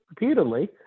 repeatedly